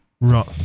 Right